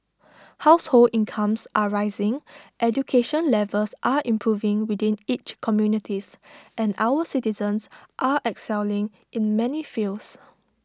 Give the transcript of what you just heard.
household incomes are rising education levels are improving within each communities and our citizens are excelling in many fields